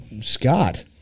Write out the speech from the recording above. Scott